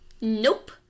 Nope